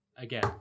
again